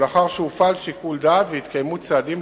ולאחר שהופעל שיקול דעת והתקיימו צעדים